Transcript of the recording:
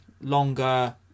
longer